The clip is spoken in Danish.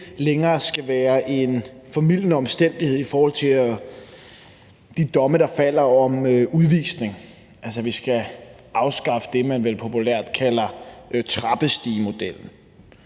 længere skal være en formildende omstændighed i forhold til de domme om udvisning, der falder. Altså at vi skal afskaffe det, man vel populært kalder trappestigemodellen.